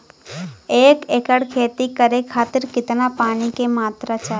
एक एकड़ खेती करे खातिर कितना पानी के मात्रा चाही?